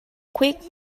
quick